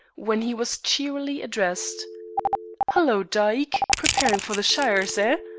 when he was cheerily addressed hallo, dyke, preparing for the shires, ah?